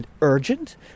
urgent